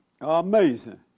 Amazing